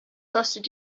trusted